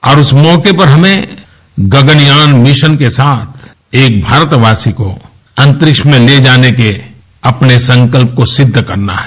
और उस मौके पर हमें गगनयानमिशन के साथ एक भारतवासी को अन्तरिक्ष में ले जाने के अपने संकल्प को सिद्ध करना है